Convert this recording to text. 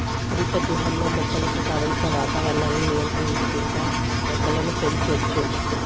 హరిత గృహంలో మొక్కలకు కావలసిన వాతావరణాన్ని నియంత్రించుకుంటా మొక్కలను పెంచచ్చు